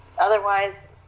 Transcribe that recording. Otherwise